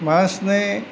માણસને